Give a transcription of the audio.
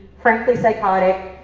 frankly psychotic,